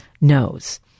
knows